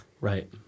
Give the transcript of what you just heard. Right